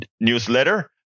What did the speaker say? newsletter